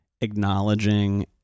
acknowledging